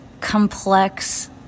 complex